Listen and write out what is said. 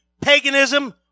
paganism